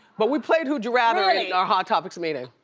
but we played who'd you rather in our hot topics meeting.